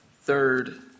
Third